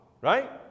right